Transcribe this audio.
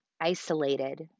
isolated